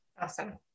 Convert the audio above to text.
Awesome